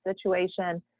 situation